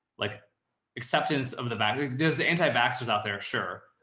like acceptance of the batteries, there's the anti-vaxxers out there. sure.